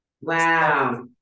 wow